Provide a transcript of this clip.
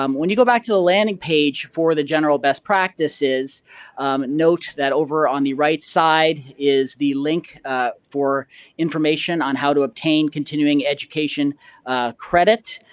um when you go back to the landing page for the general best practices note that over on the right side is the link for information on how to obtain continuing education credit.